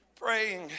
Praying